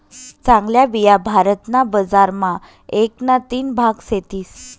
चांगल्या बिया भारत ना बजार मा एक ना तीन भाग सेतीस